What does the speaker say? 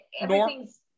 everything's-